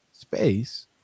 space